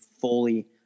fully